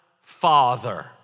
Father